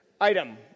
item